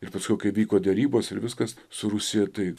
ir paskiau kai vyko derybos ir viskas su rusija tai